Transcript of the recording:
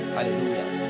Hallelujah